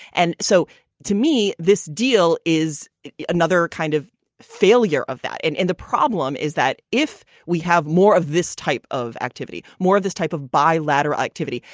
and so to me, this deal is another kind of failure of that. and and the problem is that if we have more of this type of activity, more of this type of bilateral activity,